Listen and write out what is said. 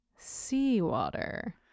seawater